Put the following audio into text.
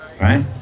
right